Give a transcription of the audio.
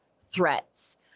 threats